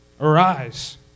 Arise